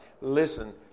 Listen